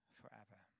forever